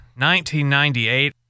1998